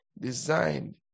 designed